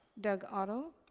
doug otto.